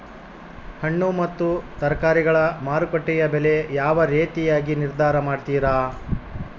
ಹಣ್ಣು ಮತ್ತು ತರಕಾರಿಗಳ ಮಾರುಕಟ್ಟೆಯ ಬೆಲೆ ಯಾವ ರೇತಿಯಾಗಿ ನಿರ್ಧಾರ ಮಾಡ್ತಿರಾ?